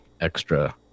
extra